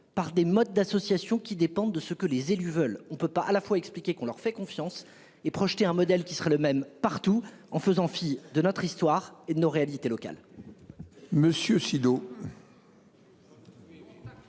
par des modes d'associations qui dépendent de ce que les élus veulent, on ne peut pas à la fois expliqué qu'on leur fait confiance et projeté un modèle qui sera le même partout en faisant fi de notre histoire et nos réalités locales.